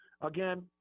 again